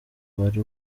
wari